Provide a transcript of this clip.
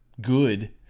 good